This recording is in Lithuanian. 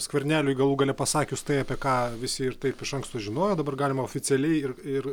skverneliui galų gale pasakius tai apie ką visi ir taip iš anksto žinojo dabar galima oficialiai ir ir